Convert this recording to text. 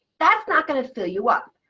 that's not going to fill you up.